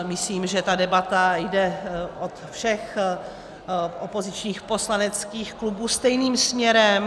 Myslím, že ta debata jde od všech opozičních poslaneckých klubů stejným směrem.